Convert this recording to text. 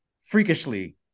freakishly